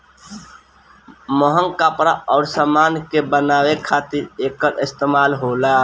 महंग कपड़ा अउर समान के बनावे खातिर एकर इस्तमाल होला